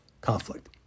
conflict